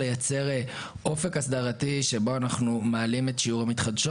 לייצר אופק הסדרתי שבו אנחנו מעלים את שיעור המתחדשות